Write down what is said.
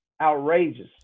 outrageous